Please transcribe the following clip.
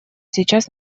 сейчас